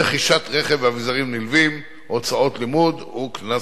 רכישת רכב ואביזרים נלווים, הוצאות לימוד וקנסות.